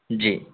جی